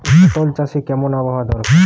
পটল চাষে কেমন আবহাওয়া দরকার?